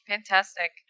Fantastic